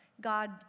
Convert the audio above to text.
God